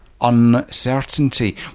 uncertainty